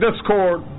discord